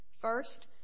First